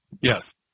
yes